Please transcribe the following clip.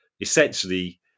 Essentially